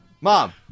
mom